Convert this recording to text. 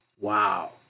Wow